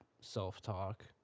self-talk